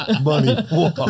Money